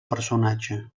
personatge